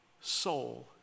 soul